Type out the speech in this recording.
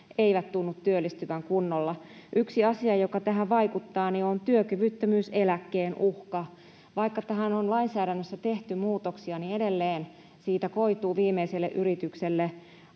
eivät tunnu työllistyvän kunnolla. Yksi asia, joka tähän vaikuttaa, on työkyvyttömyyseläkkeen uhka. Vaikka tähän on lainsäädännössä tehty muutoksia, niin edelleen siitä koituu viimeiselle yritykselle